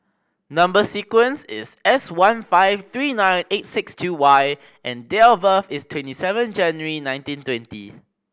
number sequence is S one five three nine eight six two Y and date of birth is twenty seven January nineteen twenty